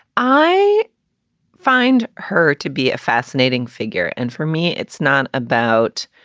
i find her to be a fascinating figure and for me, it's not about